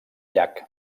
llac